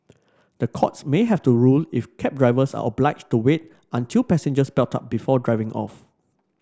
the courts may have to rule if cab drivers are obliged to wait until passengers belt up before driving off